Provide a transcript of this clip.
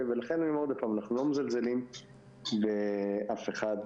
אנחנו לא מזלזלים באף אחד,